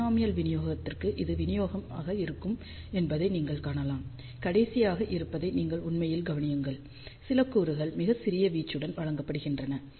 binomial விநியோகத்திற்கு இது விநியோகமாக இருக்கும் என்பதை நீங்கள் காணலாம் கடைசியாக இருப்பதை நீங்கள் உண்மையில் கவனியுங்கள் சில கூறுகள் மிகச் சிறிய வீச்சுடன் வழங்கப்படுகின்றன